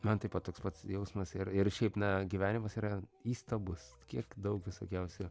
man taip pat toks pats jausmas ir ir šiaip na gyvenimas yra įstabus kiek daug visokiausių